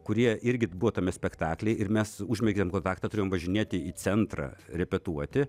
kurie irgi buvo tame spektaklyje ir mes užmezgėm kontaktą turėjom važinėti į centrą repetuoti